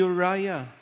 Uriah